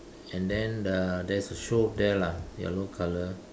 and then uh there's a shovel there lah yellow colour